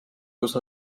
kus